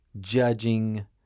judging